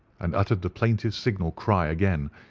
and uttered the plaintive signal cry again,